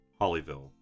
Hollyville